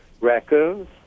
raccoons